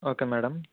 okay madam